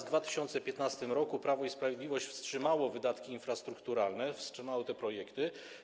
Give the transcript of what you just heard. W 2015 r. Prawo i Sprawiedliwość wstrzymało wydatki infrastrukturalne, wstrzymało te projekty.